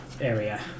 area